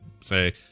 say